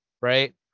right